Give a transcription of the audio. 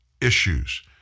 issues